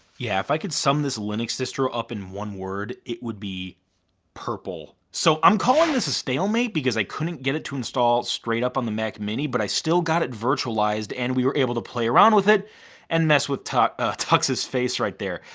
yeah, if i could sum this linux distro up in one word it would be purple. so i'm calling this a stalemate because i couldn't get it to install straight up on the mac mini but i still got it virtualized and we were able to play around with it and mess with tux's tux's face right there.